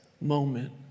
moment